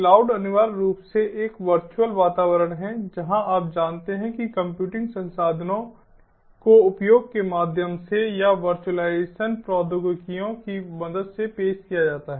cloud अनिवार्य रूप से एक वर्चुअल वातावरण है जहां आप जानते हैं कि कंप्यूटिंग संसाधनों को उपयोग के माध्यम से या वर्चुअलाइजेशन प्रौद्योगिकियों की मदद से पेश किया जाता है